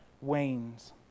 wanes